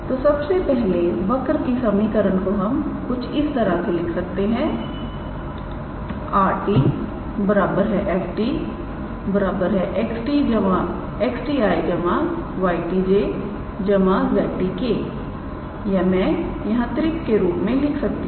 तो सबसे पहले वक्र की समीकरण को हम कुछ इस तरह से लिख सकते हैं 𝑟⃗ 𝑓⃗𝑡 𝑥𝑡𝑖̂ 𝑦𝑡𝑗̂ 𝑧𝑡𝑘̂ या मैं यहां त्रिक के रूप में लिख सकता हूं